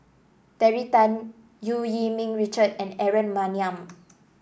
Terry Tan Eu Yee Ming Richard and Aaron Maniam